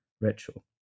ritual